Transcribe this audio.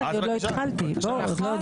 לא דיברו כולם בהרחבה כי עוד לא התחלתי.